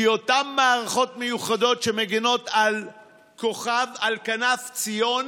כי אותן מערכות מיוחדות שמגינות על כנף ציון